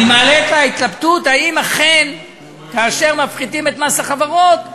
אני מעלה את ההתלבטות אם אכן כאשר מפחיתים את מס החברות,